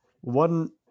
one